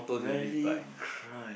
rarely cry